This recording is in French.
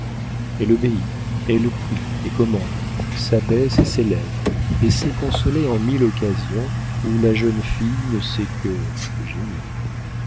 elle obéit elle prie et commande s'abaisse et s'élève et sait consoler en mille occasions où la jeune fille ne sait que gémir